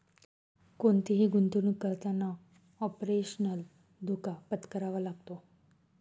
कोणतीही गुंतवणुक करताना ऑपरेशनल धोका पत्करावा लागतो